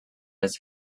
his